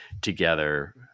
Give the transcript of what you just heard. together